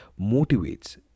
motivates